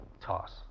toss